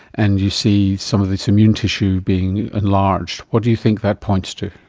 and you see some of this immune tissue being enlarged? what do you think that points to?